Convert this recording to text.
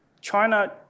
China